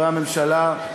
חברי הממשלה,